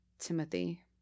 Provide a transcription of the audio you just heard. timothy